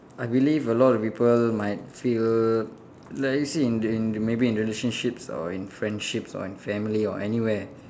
I believe a lot of people might feel like you see in the in the maybe in relationships or in friendships or in family or anywhere